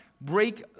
break